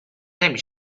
نمی